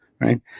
Right